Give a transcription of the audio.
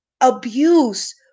abuse